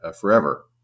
forever